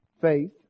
faith